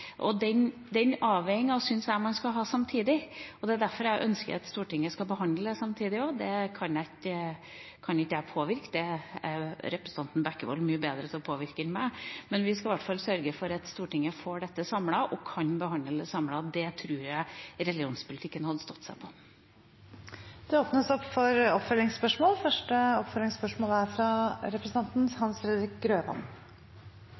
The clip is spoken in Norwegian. Den avveiningen syns jeg man skal ha samtidig, og det er derfor jeg ønsker at Stortinget skal behandle dette samtidig. Det kan ikke jeg påvirke. Det er representanten Bekkevold bedre til å påvirke enn jeg, men vi skal i hvert fall sørge for at Stortinget får dette samlet og kan behandle dette samlet. Det tror jeg religionspolitikken hadde stått seg på. Hans Fredrik Grøvan – til oppfølgingsspørsmål.. Kristelig Folkeparti er